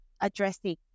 addressing